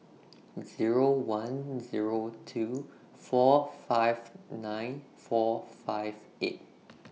Zero one Zero two four five nine four five eight